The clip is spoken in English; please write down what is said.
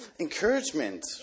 Encouragement